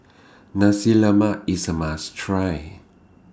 Nasi Lemak IS A must Try